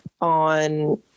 on